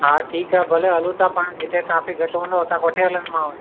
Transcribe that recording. हा ठीकु आहे भले हलूं था पाण जिते ट्राफ़िक घटि हूंदो हुतां कोठे हलंदोमांव